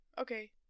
okay